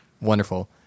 Wonderful